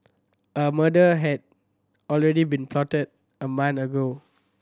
a murder had already been plotted a month ago